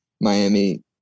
Miami